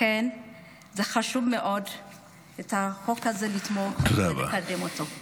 לכן חשוב מאוד לתמוך בחוק הזה ולקדם אותו.